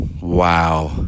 wow